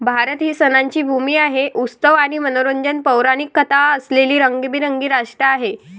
भारत ही सणांची भूमी आहे, उत्सव आणि मनोरंजक पौराणिक कथा असलेले रंगीबेरंगी राष्ट्र आहे